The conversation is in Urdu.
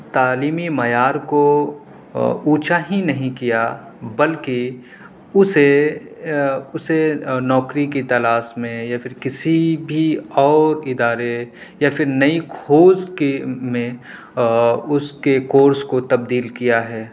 تعلیمی معیار کو اونچا ہی نہیں کیا بلکہ اُسے اُسے نوکری کی تلاش میں یا پھر کسی بھی اور ادارے یا پھر نئی کھوج کے میں اُس کے کورس کو تبدیل کیا ہے